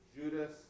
Judas